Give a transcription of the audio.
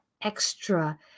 extra